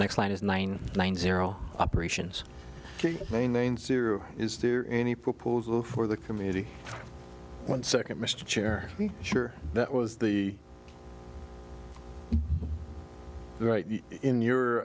next line is nine nine zero operations maintains zero is there any proposal for the committee one second mr chair be sure that was the right in your